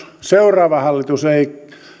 seuraava hallitus ei